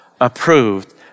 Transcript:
approved